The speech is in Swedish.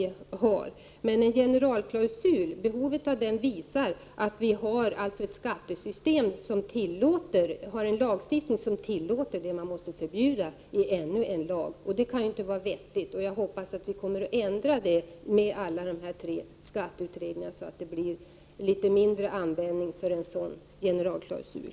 Behovet av en generalklausul visar att vi har en lagstiftning som tillåter sådant som man sedan måste förbjuda i en annan lag. Det kan inte vara vettigt. Jag hoppas att vi kommer att kunna ändra på det med de tre skatteutredningarna, så att det blir litet mindre användning för en sådan generalklausul.